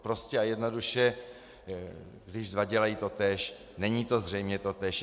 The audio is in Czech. Prostě a jednoduše, když dva dělají totéž, není to zřejmě totéž.